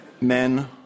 Men